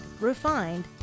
refined